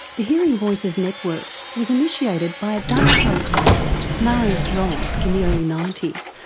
the hearing voices network was initiated by a dutch psychiatrist, marius romme, in the early ninety s,